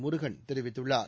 முருகன் தெரிவித்துள்ளார்